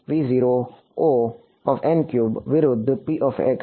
વિરુદ્ધ